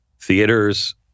theaters